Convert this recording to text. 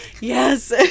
yes